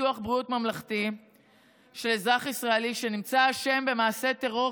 ביטוח בריאות ממלכתי של אזרח ישראלי שנמצא אשם במעשה טרור,